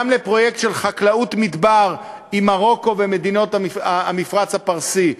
גם לפרויקט של חקלאות מדבר עם מרוקו ומדינות המפרץ הפרסי,